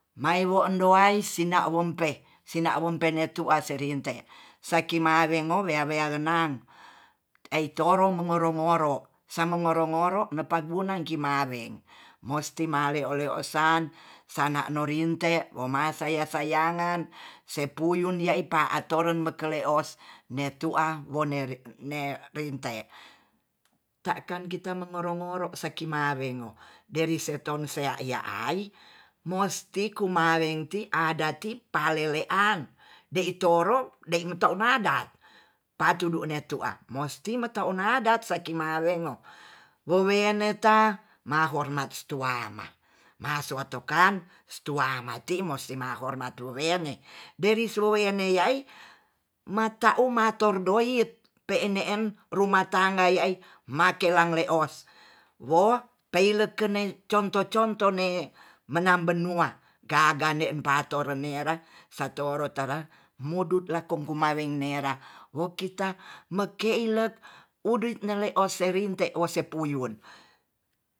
Maewo ndowai sina wongpe sina wongpe netu aserente saki marengo rea-rea genang eyi toro mongoro-ngoro samengoro ngoro nepa guna lkimareng musti maleo-leo san sana no rinte memasaya-sayangan sepuyun ya epa atoron mekele os ne tua wone re ne rintae ta'kan kita mengoro-ngoro saki marengo dari se tonsea ai musti kumawengti adat ti palelean de itoro de ito nada patudu ne tua'a mosti metau nada saki maweno wewene ta mahormat tuama maso atokan stuamati musti ma hormat tu wene dari suwene yai mata umator doit pe ene'en rumah tangga yai make lang le os wo peilekenet contoh-contoh ne menang benua gagane patorennera satoro tara mudut lakomaweng nerah wo kita meke ilet udui nele ose rinte koset puyun